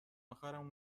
اخرم